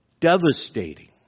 Devastating